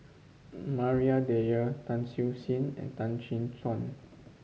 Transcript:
Maria Dyer Tan Siew Sin and Tan Chin Tuan